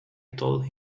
told